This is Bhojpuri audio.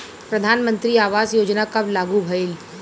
प्रधानमंत्री आवास योजना कब लागू भइल?